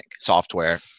software